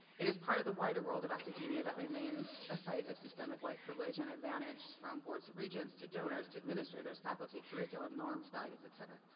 it is part of the wider world of academia that remains a site of systemic white privilege and advantage from boards of regents, to donors, to administrators, faculty, curriculum, norms, norms, values, et cetera.